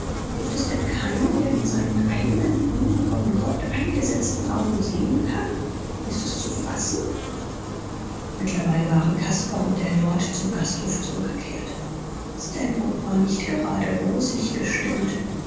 gibt es denn keinen der mit seinen eignen ihm von gott eingesetzten augen sehen kann ist es zu fassen mittlerweile waren caspar und der lord zum gasthof zurückgekehrt stanhope war nicht gerade rosig gestimmt